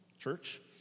church